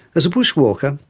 as a bushwalker,